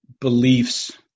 beliefs